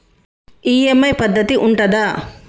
EMI పద్ధతి ఉంటదా?